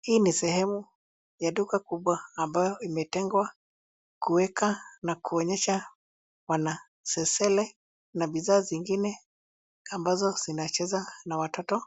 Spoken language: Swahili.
Hii ni sehemu ya duka kubwa ambayo imejengwa kuekea au kuonyesha wanasesele au vizazi vingine vinavyocheza na watoto